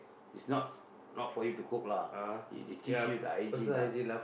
it's not not for you to cook lah they teach you the hygiene ah